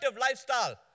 lifestyle